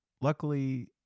Luckily